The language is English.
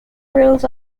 rules